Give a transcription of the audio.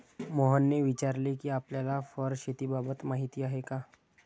मोहनने विचारले कि आपल्याला फर शेतीबाबत माहीती आहे का?